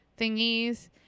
thingies